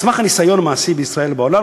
על סמך הניסיון המעשי בישראל ובעולם,